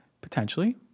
potentially